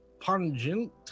pungent